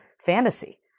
fantasy